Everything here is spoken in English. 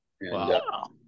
Wow